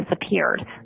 disappeared